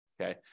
Okay